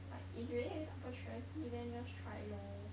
like if you really hate this opportunity then just try lor